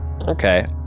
Okay